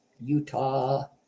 utah